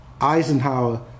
Eisenhower